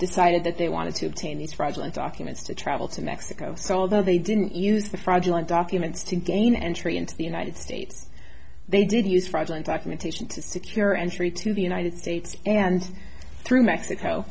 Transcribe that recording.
decided that they wanted to obtain these fraudulent documents to travel to mexico so although they didn't use the fraudulent documents to gain entry into the united states they did use fraudulent documentation to secure entry to the united states and through